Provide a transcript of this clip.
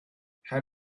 had